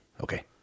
okay